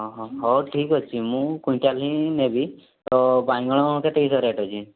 ହଁ ହଁ ହେଉ ଠିକ୍ ଅଛି ମୁଁ କୁଇଣ୍ଟାଲ ହିଁ ନେବି ତ ବାଇଁଗଣ କେତେ କିସ ରେଟ୍ ଅଛି